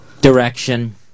Direction